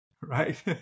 right